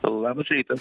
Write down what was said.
labas ryta